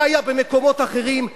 זה היה במקומות אחרים,